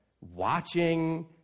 watching